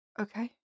Okay